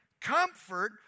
comfort